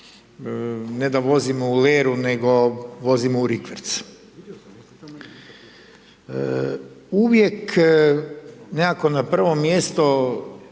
ne da vozimo u leru, nego vozimo u rikverc. Uvijek nekako na prvo mjesto,